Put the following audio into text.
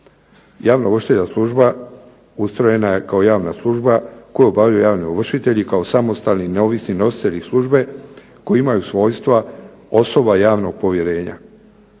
Javno ovršiteljska služba ustrojena je kao javna služba koju obavljaju javni ovršitelji kao samostalni neovisni nositelji službe koji imaju svojstva osoba javnog povjerenja.